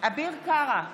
אביר קארה,